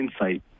insight